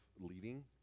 leading